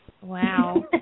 Wow